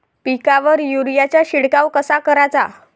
पिकावर युरीया चा शिडकाव कसा कराचा?